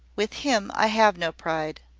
with him i have no pride.